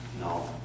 no